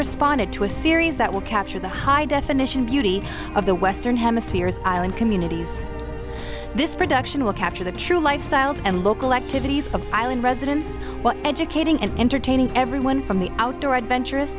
responded to a series that will capture the high definition beauty of the western hemisphere's island communities this production will capture the true lifestyles and local activities of island residents educating and entertaining everyone from the outdoor adventur